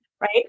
right